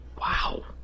Wow